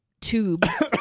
tubes